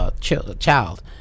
child